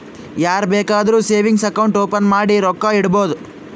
ಯಾರ್ ಬೇಕಾದ್ರೂ savings account open ಮಾಡಿ ರೊಕ್ಕಾ ಇಡ್ಬೋದು